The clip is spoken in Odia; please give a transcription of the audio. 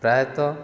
ପ୍ରାୟତଃ